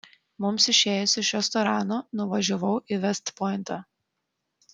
mums išėjus iš restorano nuvažiavau į vest pointą